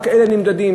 רק אלה נמדדים,